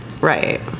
Right